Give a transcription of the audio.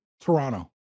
toronto